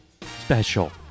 special